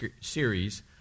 series